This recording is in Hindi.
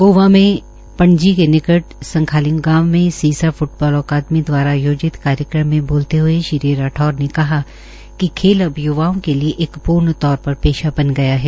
गोवा में पणजी के निकट संखलिम गांव में सीसा फुटबाल अकादमी द्वारा आयोजित कार्यक्रम में बोलते हुए श्री राठौर ने कहा कि खेल अब य्वाओं के लिए एक पूर्ण तौर पर पेशा बन गया है